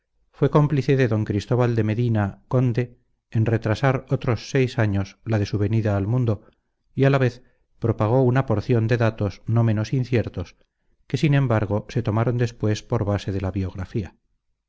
fue cómplice de don cristóbal de medina conde en retrasar otros seis años la de su venida al mundo y a la vez propagó una porción de datos no menos inciertos que sin embargo se tomaron después por base de la biografía